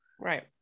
right